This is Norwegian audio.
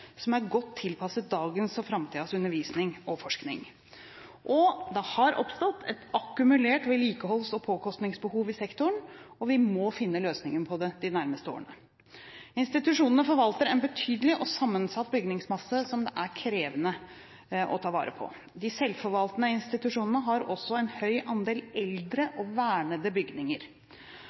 som er godt tilpasset dagens og framtidens undervisning og forskning. Det har oppstått et akkumulert vedlikeholds- og påkostningsbehov i sektoren, og vi må finne løsningen på det de nærmeste årene. Institusjonene forvalter en betydelig og sammensatt bygningsmasse som det er krevende å ta vare på. De selvforvaltende institusjonene har også en høy andel eldre og vernede bygninger. Av ca. 1 200 bygninger er i underkant av 300 bygninger